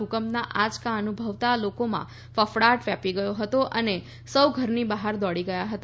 ભૂકંપના આંચકા અનુભવતા લોકોમાં ફફડાટ વ્યાપી ગયો હતો અને સૌ ઘરની બહાર દોડી ગયા હતા